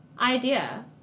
idea